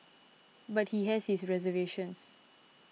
but he has his reservations